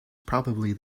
probably